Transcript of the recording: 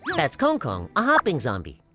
that's kong kong, a hopping zombie.